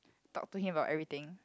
talk to him about everything